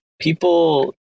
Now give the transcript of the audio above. people